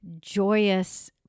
joyous